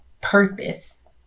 purpose